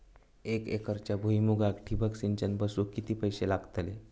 एक एकरच्या भुईमुगाक ठिबक सिंचन बसवूक किती पैशे लागतले?